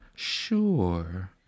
Sure